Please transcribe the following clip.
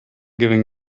giving